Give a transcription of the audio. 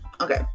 Okay